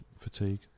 fatigue